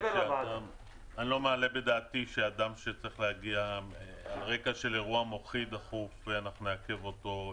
אני לא מעלה בדעתי שאדם שצריך להגיע על רקע אירוע מוחי דחוף נעכב אותו.